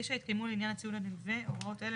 (9) התקיימו לעניין הציוד הנלווה הוראות אלה,